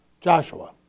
Joshua